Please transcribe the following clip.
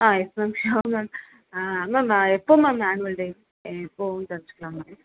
ஆ yes ma'am sure ma'am ma'am எப்போது ma'am annual day எ எப்போதுன்னு தெரிஞ்சுக்கலாங்களா